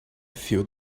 feel